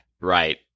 Right